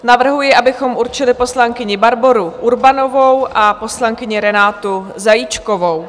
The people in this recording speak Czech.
Navrhuji, abychom určili poslankyni Barboru Urbanovou a poslankyni Renátu Zajíčkovou.